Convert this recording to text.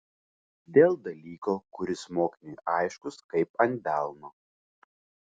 dėl dalyko kuris mokiniui aiškus kaip ant delno